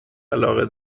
علاقه